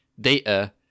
data